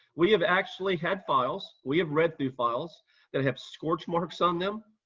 we have actually had files, we have read through files that have scorch marks on them,